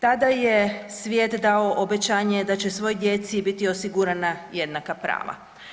Tada je svijet dao obećanje da će svoj djeci biti osigurana jednaka prava.